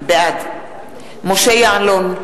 בעד משה יעלון,